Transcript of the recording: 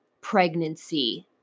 pregnancy